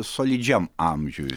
solidžiam amžiuj